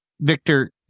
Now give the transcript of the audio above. Victor